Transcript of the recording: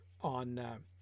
on